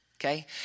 Okay